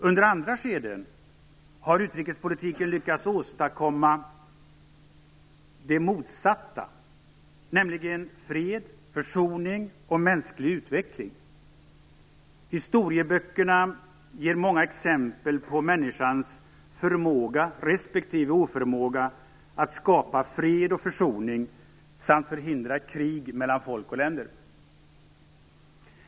Under andra skeden har utrikespolitiken lyckats åstadkomma det motsatta, nämligen fred, försoning och mänsklig utveckling. Historieböckerna ger många exempel på människans förmåga respektive oförmåga att skapa fred och försoning samt att förhindra krig mellan folk och länder.